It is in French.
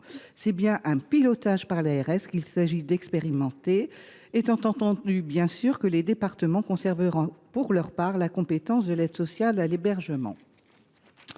c’est bien un pilotage par l’ARS qu’il s’agit d’expérimenter, étant entendu que les départements conserveront, pour leur part, la compétence de l’aide sociale à l’hébergement.